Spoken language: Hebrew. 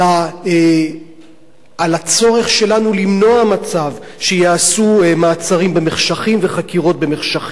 על הצורך שלנו למנוע מצב שיעשו מעצרים במחשכים וחקירות במחשכים.